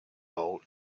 role